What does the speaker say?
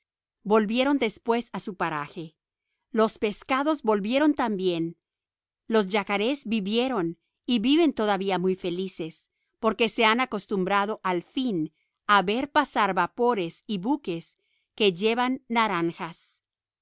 volvieron después a su paraje los peces volvieron también los yacarés vivieron y viven todavía muy felices porque se han acostumbrado al fin a ver pasar vapores y buques que llevan naranjas